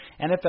NFL